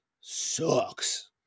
sucks